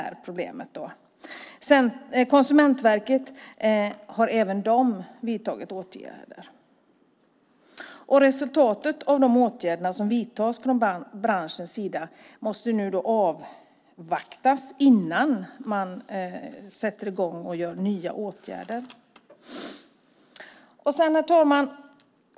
Även Konsumentverket har vidtagit åtgärder. Resultatet av de åtgärder som har vidtagits från branschens sida måste nu avvaktas innan man sätter i gång med nya åtgärder. Herr talman!